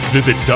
Visit